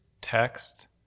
text